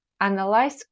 analyze